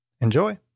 Enjoy